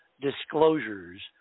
disclosures